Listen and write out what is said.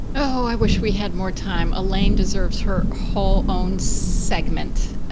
oh, i wish we had more time. elaine deserves her whole own segment.